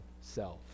self